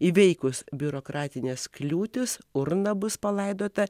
įveikus biurokratines kliūtis urna bus palaidota